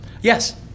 Yes